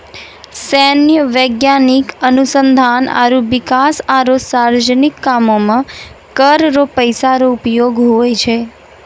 सैन्य, वैज्ञानिक अनुसंधान आरो बिकास आरो सार्वजनिक कामो मे कर रो पैसा रो उपयोग हुवै छै